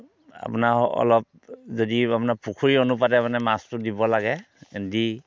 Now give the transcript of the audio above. আপোনাৰ অলপ যদি আপোনাৰ পুখুৰী অনুপাতে মানে মাছটো দিব লাগে দি